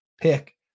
pick